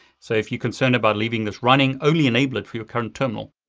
so if you're concerned about leaving this running, only enable it for your current terminal.